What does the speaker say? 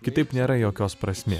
kitaip nėra jokios prasmės